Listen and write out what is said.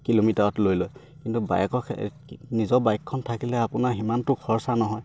কিলোমিটাৰত লৈ লয় কিন্তু বাইকৰ নিজৰ বাইকখন থাকিলে আপোনাৰ সিমানটো খৰচা নহয়